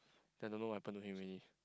then don't know what happen to him already